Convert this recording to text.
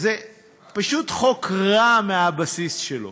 זה פשוט חוק רע מהבסיס שלו.